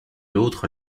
l’autre